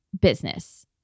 business